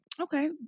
Okay